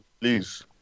please